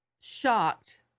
shocked